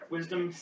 Wisdom